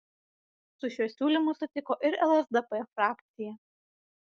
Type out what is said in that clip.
su šiuo siūlymu sutiko ir lsdp frakcija